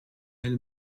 elle